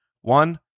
one